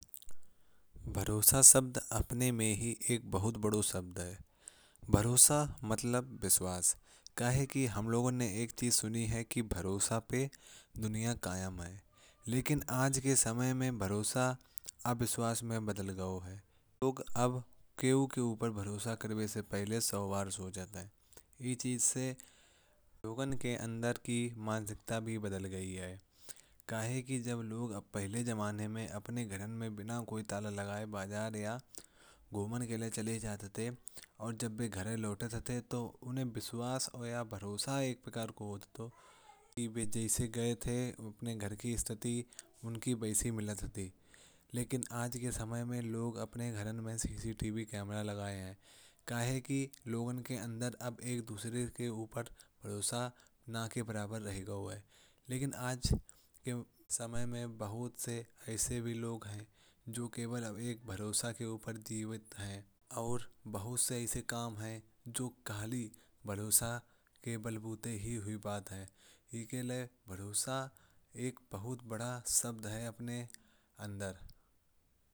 भरोसा शब्द अपने में ही एक बहुत बड़ा शब्द है। भरोसा मतलब विश्वास क्योंकि हमने सुना है कि भरोसा पे दुनिया कायम है। लेकिन आज के समय में भरोसा अविश्वास में बदल गया है। लोग अब किसी पर भरोसा करने से पहले सोचने लगते हैं। इस चीज से लोगों की मानसिकता भी बदल गयी है। पहले जमाने में लोग अपने घर में बिना किसी ताला लगाए बाजार या घूमने जाते थे। और जब भी घर लौटते थे उन्हें भरोसा होता था कि जैसे गए थे। वैसे ही घर की स्थिति मिलेगी। लेकिन आज के समय में लोग अपने घरों में सीसीटीवी कैमरा लगाने लगे हैं। क्योंकि अब लोगों के बीच एक दुसरे पर भरोसा कम होता जा रहा है। लेकिन आज के समय में ऐसे भी लोग हैं जो सिर्फ भरोसे पर जीते हैं। और बहुत से काम सिर्फ भरोसे के बल पर ही होते हैं। इसलिए भरोसा एक बहुत बड़ा शब्द है जो अपने अंदर गहरा मायने रखता है।